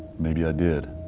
maybe i did.